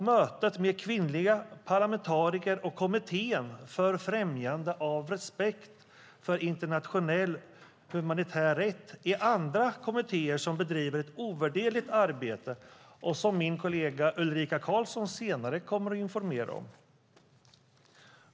Mötet med kvinnliga parlamentariker och Kommittén för främjande av respekt för internationell humanitär rätt är andra kommittéer som bedriver ett ovärderligt arbete och som min kollega Ulrika Karlsson senare kommer att informera om.